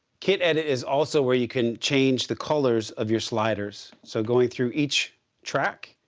kit edit is also where you can change the colors of your sliders. so going through each track,